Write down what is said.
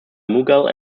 mughal